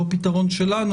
לא פתרון שלנו,